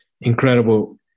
Incredible